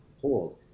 hold